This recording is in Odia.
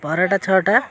ପରଟା ଛଅଟା